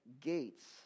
gates